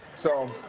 so